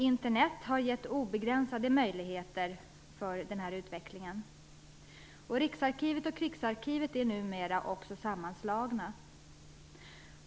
Internet har medfört obegränsade möjligheter för den här utvecklingen. Riksarkivet och Krigsarkivet är numera också sammanslagna.